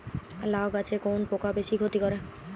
লাউ গাছে কোন পোকা বেশি ক্ষতি করে?